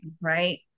right